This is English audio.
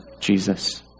Jesus